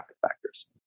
factors